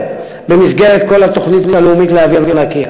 במסגרת כל התוכנית הלאומית לאוויר נקי.